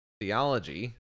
theology